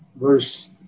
Verse